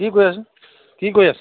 কি কৰি আছে কি কৰি আছে